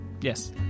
Yes